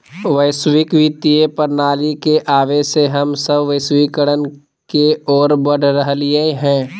वैश्विक वित्तीय प्रणाली के आवे से हम सब वैश्वीकरण के ओर बढ़ रहलियै हें